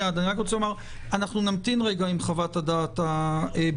אנחנו נמתין רגע עם חוות הדעת הבריאותית,